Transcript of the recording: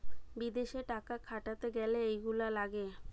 বিদেশে টাকা খাটাতে গ্যালে এইগুলা লাগে